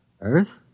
Earth